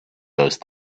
those